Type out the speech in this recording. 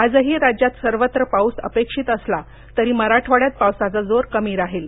आजही राज्यात सर्वत्र पाऊस अपेक्षित असला तरी मराठवाड्यात पावसाचा जोर कमी राहील